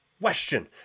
question